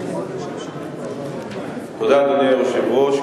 אדוני היושב-ראש,